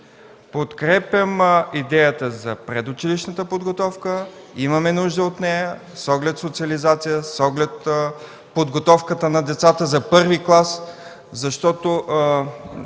подкрепям идеята за предучилищната подготовка. Имаме нужда от нея с оглед социализация, с оглед подготовката на децата за първи клас, защото